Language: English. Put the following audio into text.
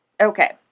Okay